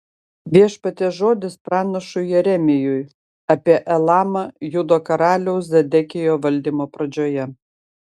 viešpaties žodis pranašui jeremijui apie elamą judo karaliaus zedekijo valdymo pradžioje